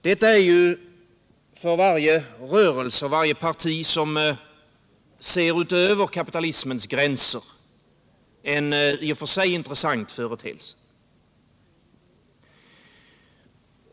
Detta är ju för varje rörelse, för varje parti som ser utöver kapitalismens gränser, en i och för sig intressant företeelse.